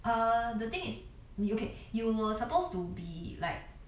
err the thing is you okay you were supposed to be like